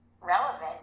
relevant